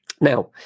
Now